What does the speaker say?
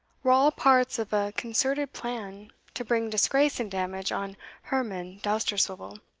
were all parts of a concerted plan to bring disgrace and damage on herman dousterswivel.